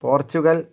Portugal